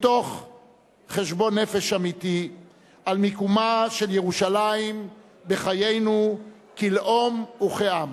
מתוך חשבון נפש אמיתי על מיקומה של ירושלים בחיינו כלאום וכעם.